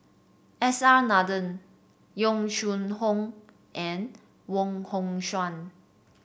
S R Nathan Yong Shu Hoong and Wong Hong Suen